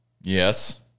yes